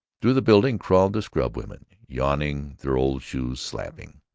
through the building crawled the scrubwomen, yawning, their old shoes slapping.